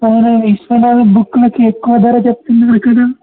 అవునా విశ్వనాథ బుక్లకి ఎక్కువ ధర చెప్తున్నారు కదా